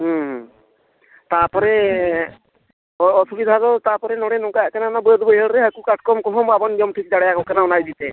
ᱦᱮᱸ ᱛᱟᱨᱯᱚᱨᱮ ᱚᱥᱩᱵᱤᱫᱟ ᱛᱟᱨᱯᱚᱨᱮ ᱱᱚᱰᱮ ᱱᱚᱝᱠᱟᱜ ᱠᱟᱱᱟ ᱚᱱᱟ ᱵᱟᱹᱫᱽ ᱵᱟᱹᱭᱦᱟᱹᱲ ᱨᱮ ᱦᱟᱹᱠᱩ ᱠᱟᱴᱠᱚᱢ ᱠᱚᱦᱚᱸ ᱵᱟᱵᱚᱱ ᱡᱚᱢ ᱴᱷᱤᱠ ᱫᱟᱲᱮᱭᱟ ᱠᱚ ᱠᱟᱱᱟ ᱚᱱᱟ ᱤᱫᱤᱛᱮ